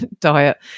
diet